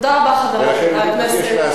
תודה רבה, חברי חברי הכנסת.